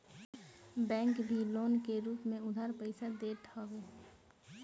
bank भी loan के रूप में उधार पईसा देत हवे